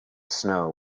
snow